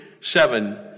seven